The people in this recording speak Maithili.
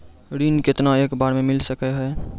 ऋण केतना एक बार मैं मिल सके हेय?